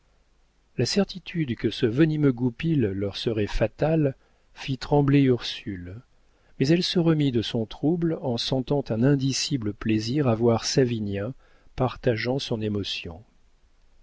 la certitude que ce venimeux goupil leur serait fatal fit trembler ursule mais elle se remit de son trouble en sentant un indicible plaisir à voir savinien partageant son émotion